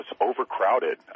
overcrowded